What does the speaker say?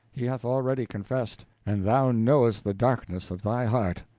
he hath already confessed, and thou knowest the darkness of thy heart.